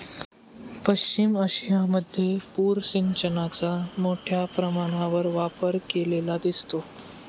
पश्चिम आशियामध्ये पूर सिंचनाचा मोठ्या प्रमाणावर वापर केलेला दिसतो